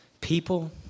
People